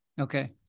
Okay